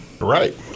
Right